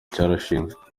cyarashinzwe